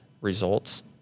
results